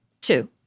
Two